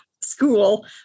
school